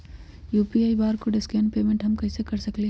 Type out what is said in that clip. UPI barcode scan payment हम कईसे कर सकली ह?